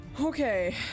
Okay